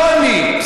לא אני,